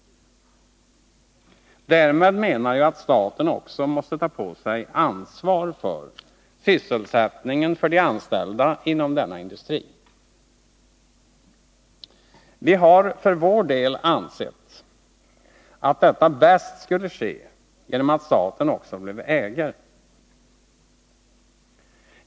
Därmed menar jag att staten också måste ta på sig ansvar för sysselsättningen för de anställda inom denna industri. Vi har för vår del ansett att detta bäst skulle ske genom att staten också blev ägare.